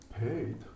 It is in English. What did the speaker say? paid